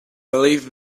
leave